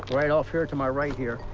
right off here to my right here,